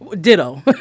ditto